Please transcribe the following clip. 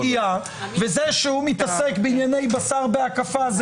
הוא מכיר את הסוגיה וזה שהוא מתעסק בענייני בשר בהקפה זה